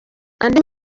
andi